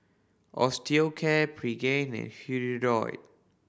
Osteocare Pregain and Hirudoid